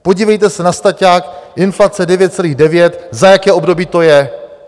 Podívejte se na staťák, inflace 9,9, za jaké období to je.